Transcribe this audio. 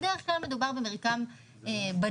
בדרך כלל מדובר במרקם בנוי.